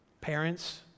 Parents